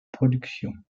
production